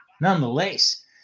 nonetheless